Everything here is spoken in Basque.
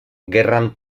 gerran